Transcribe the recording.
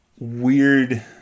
weird